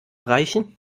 reichen